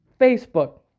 Facebook